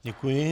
Děkuji.